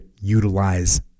utilize